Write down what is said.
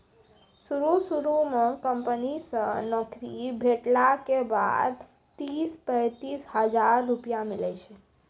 शुरू शुरू म कंपनी से नौकरी भेटला के बाद तीस पैंतीस हजार रुपिया मिलै छै